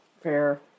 Fair